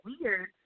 weird